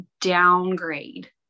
downgrade